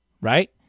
right